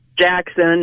jackson